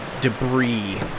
debris